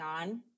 on